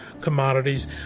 commodities